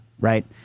right